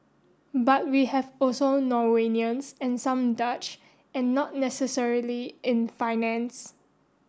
but we have also Norwegians and some Dutch and not necessarily in finance